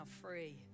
free